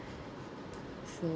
so